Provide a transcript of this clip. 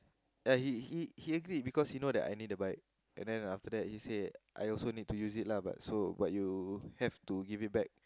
ya he he he agreed because he know that I need the bike and then after that he say I also need to use it lah but so but you have to give it back